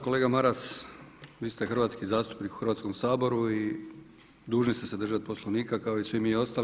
Kolega Maras vi ste hrvatski zastupnik u Hrvatskom saboru i dužni ste se držati Poslovnika kao i svi mi ostali.